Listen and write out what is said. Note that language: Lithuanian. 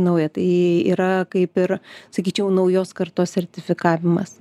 nauja tai yra kaip ir sakyčiau naujos kartos sertifikavimas